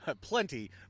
plenty